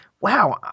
wow